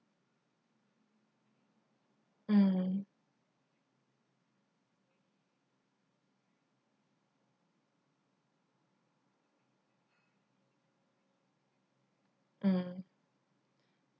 mm mm